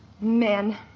Men